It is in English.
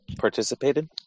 participated